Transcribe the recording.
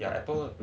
ya ya Apple